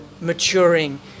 maturing